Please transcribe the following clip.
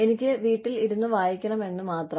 എനിക്ക് വീട്ടിൽ ഇരുന്നു വായിക്കണമെന്നു മാത്രം